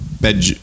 Bed